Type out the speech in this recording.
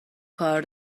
کار